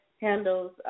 handles